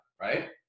right